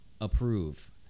approve